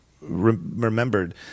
remembered